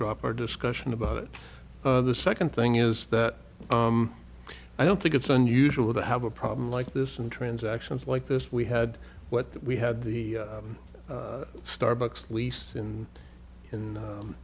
drop our discussion about it the second thing is that i don't think it's unusual to have a problem like this in transactions like this we had what we had the starbucks lease and in